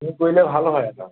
তুমি কৰিলে ভাল হয় আৰু